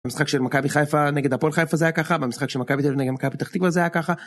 במשחק של מכבי חיפה נגד הפועל חיפה זה היה ככה, במשחק של מכבי תל אביב נגד מכבי פתח תקווה זה היה ככה